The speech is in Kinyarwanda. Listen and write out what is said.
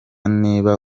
niba